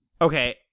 Okay